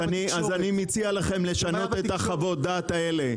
אז אני מציע לכם לשנות את חוות הדעת האלה,